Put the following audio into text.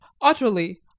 utterly